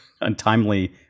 untimely